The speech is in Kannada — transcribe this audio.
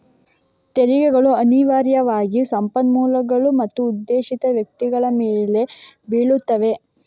ತೆರಿಗೆಗಳು ಅನಿವಾರ್ಯವಾಗಿ ಸಂಪನ್ಮೂಲಗಳು ಮತ್ತು ಉದ್ದೇಶಿತ ವ್ಯಕ್ತಿಗಳ ಮೇಲೆ ಬೀಳುತ್ತವೆ